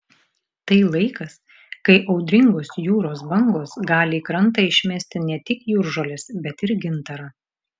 tai laikas kai audringos jūros bangos gali į krantą išmesti ne tik jūržoles bet ir gintarą